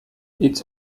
its